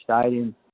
stadium